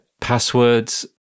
passwords